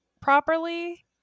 properly